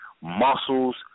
muscles